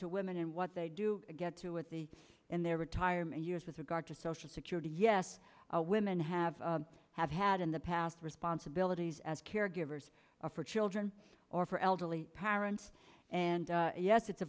to women and what they do get to with the in their retirement years with regard to social security yes women have have had in the past responsibilities as caregivers for children or for elderly parents and yes it's a